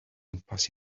gwmpas